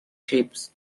shapes